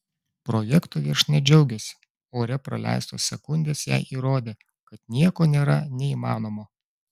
projekto viešnia džiaugėsi ore praleistos sekundės jai įrodė kad nieko nėra neįmanomo